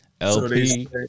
LP